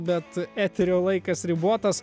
bet eterio laikas ribotas